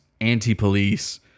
anti-police